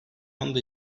anda